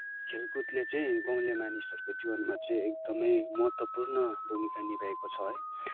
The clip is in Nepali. खेलकुदले चाहिँ गाउँले मानिसहरूको जीवनमा चाहिँ एकदमै महत्त्वपूर्ण भूमिका निभाएको छ है